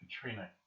Katrina